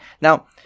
Now